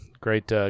great